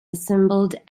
assembled